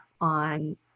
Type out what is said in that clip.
on